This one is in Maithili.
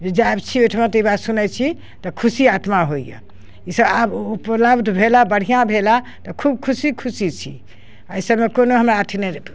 जे जाइत छी ओहिठुमा तऽ ई बात सुनैत छी तऽ खुशी आत्मा होइए ई सभ आब उपलब्ध भेल हँ बढ़िआँ भेल हँ तऽ खूब खुशी खुशी छी एहि सभमे कओनो हमरा अथी